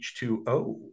H2O